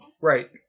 Right